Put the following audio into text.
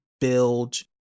build